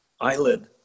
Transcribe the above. eyelid